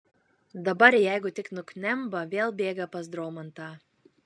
dabar jeigu tik nuknemba vėl bėga pas dromantą